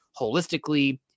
holistically